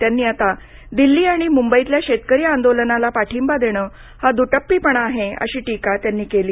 त्यांनी आता दिल्ली आणि मुंबईतल्या शेतकरी आंदोलनाला पाठिंबा देणं हा द्र्टप्पीपणा आहे अशी टीका त्यांनी केली